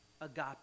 agape